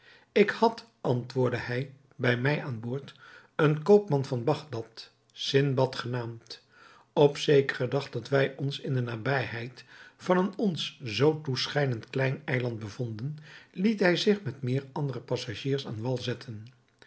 ik had antwoordde hij bij mij aan boord een koopman van bagdad sindbad genaamd op zekeren dag dat wij ons in de nabijheid van een ons zoo toeschijnend klein eiland bevonden liet hij zich met meer andere passagiers aan wal zetten